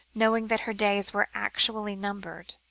knowing that her days were actually numbered,